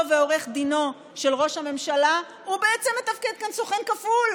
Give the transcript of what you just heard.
ועורך דינו של ראש הממשלה בעצם מתפקד כאן כסוכן כפול,